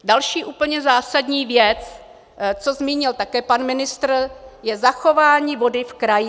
Další úplně zásadní věc, co zmínil také pan ministr, je zachování vody v krajině.